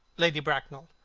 lady bracknell,